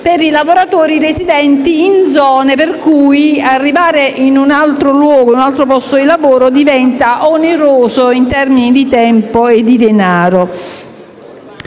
per i lavoratori residenti in zone per i quali arrivare in un altro posto di lavoro diventa oneroso in termini di tempo e di denaro.